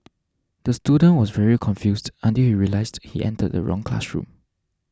the student was very confused until he realised he entered the wrong classroom